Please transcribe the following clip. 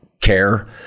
care